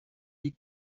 dit